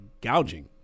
gouging